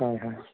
হয় হয়